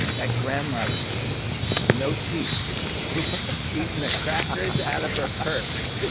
that grandmother with no teeth eating the crackers out of her ah purse